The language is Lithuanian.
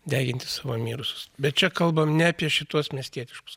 deginti savo mirusius bet čia kalbam ne apie šituos miestietiškus